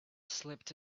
slipped